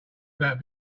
about